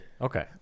okay